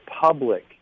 public